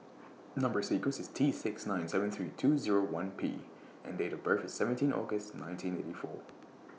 Number sequence IS T six nine seven three two Zero one P and Date of birth IS seventeen August nineteen eighty four